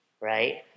Right